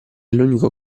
l’unico